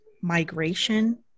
migration